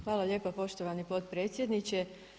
Hvala lijepa poštovani potpredsjedniče.